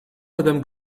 madame